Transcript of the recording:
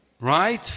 Right